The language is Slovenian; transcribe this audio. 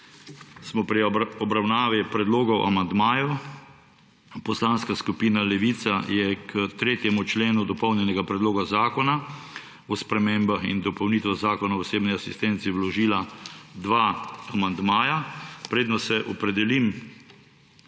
Smo pri obravnavi predlogov amandmajev. Poslanska skupina Levica je k 3. členu dopolnjenega Predloga zakona o spremembah in dopolnitvah Zakona o osebni asistenci vložila dva amandmaja. Preden se opredelim